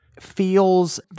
feels